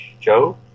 Joe